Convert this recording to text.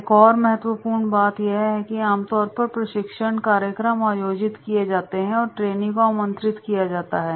एक और महत्वपूर्ण बात यह है कि आम तौर पर प्रशिक्षण कार्यक्रम आयोजित किए जाते हैं और ट्रेनी को आमंत्रित किया जाता है